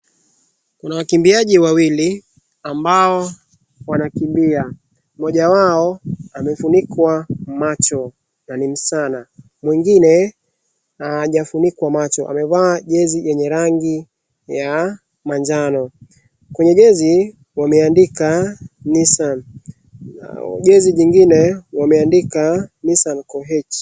Kuna wakimbiaji wawili ambao wanakimbia. Mmoja wao amefunikwa macho na ni msichana, mwingine hajafunikwa macho amevaa jezi yenye rangi ya majano. Kwenye jezi wameandika Nisssan. Jezi jingine wameandika Nissan kwa Koech.